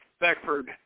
Beckford